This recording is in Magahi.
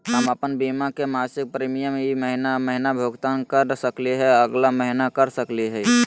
हम अप्पन बीमा के मासिक प्रीमियम ई महीना महिना भुगतान कर सकली हे, अगला महीना कर सकली हई?